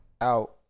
out